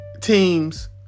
teams